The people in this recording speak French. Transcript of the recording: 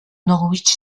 norwich